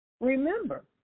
Remember